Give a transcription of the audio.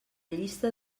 llista